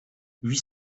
huit